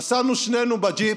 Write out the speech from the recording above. נסענו שנינו בג'יפ,